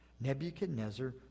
Nebuchadnezzar